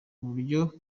uburyo